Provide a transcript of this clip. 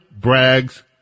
Bragg's